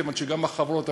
כיוון שגם החברות הגדולות,